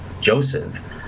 Joseph